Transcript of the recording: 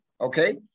okay